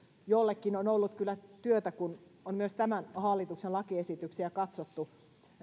jollekin on ollut kyllä työtä kun on myös tämän hallituksen lakiesityksiä katsottu